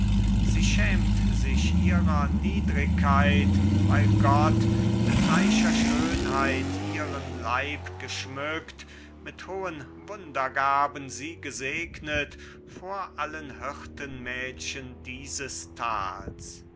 sie schämt sich ihrer niedrigkeit weil gott mit reicher schönheit ihren leib geschmückt mit hohen wundergaben sie gesegnet vor allen hirtenmädchen dieses tals